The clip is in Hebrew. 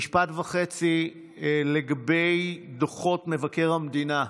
משפט וחצי לגבי דוחות מבקר המדינה.